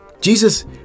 Jesus